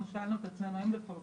ושאלנו את עצמנו האם לפרסם,